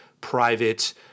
private